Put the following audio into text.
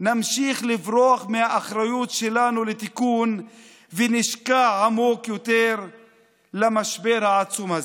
נמשיך לברוח מהאחריות שלנו לתיקון ונשקע עמוק יותר במשבר העצום הזה.